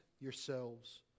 yourselves